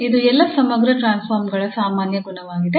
ಇದು ಎಲ್ಲಾ ಸಮಗ್ರ ಟ್ರಾನ್ಸ್ಫಾರ್ಮ್ ಗಳ ಸಾಮಾನ್ಯ ಗುಣವಾಗಿದೆ